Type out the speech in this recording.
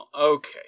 Okay